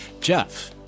Jeff